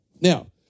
Now